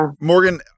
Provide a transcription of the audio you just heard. Morgan